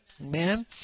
Amen